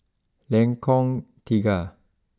Lengkong Tiga